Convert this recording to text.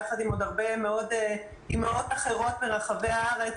ביחד עם עוד הרבה מאוד אימהות אחרות מרחבי הארץ,